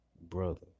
brother